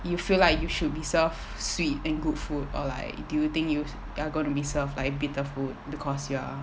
you feel like you should be served sweet and good food or like do you think you are going to be served like bitter food because you are